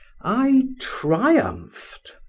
i triumphed.